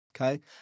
okay